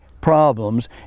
problems